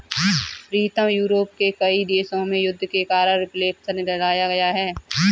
प्रीतम Europe के कई देशों में युद्ध के कारण रिफ्लेक्शन लाया गया है